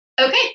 Okay